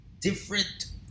different